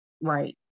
Right